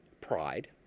pride